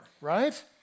right